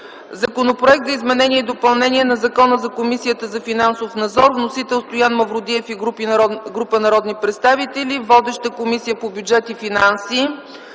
Законопроект за изменение и допълнение на Закона за Комисията за финансов надзор, с вносители Стоян Мавродиев и група народни представители. Водеща е Комисията по бюджет и финанси.